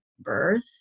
Birth